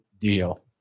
deal